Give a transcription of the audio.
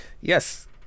Yes